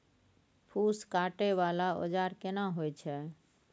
फूस काटय वाला औजार केना होय छै?